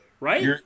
Right